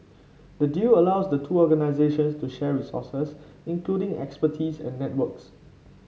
the deal allows the two organisations to share resources including expertise and networks